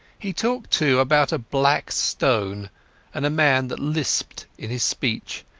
he talked, too, about a black stone and a man that lisped in his speech,